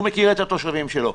הוא מכיר את התושבים שלו.